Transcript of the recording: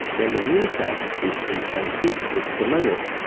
when the mean sun is in transit with temerloh,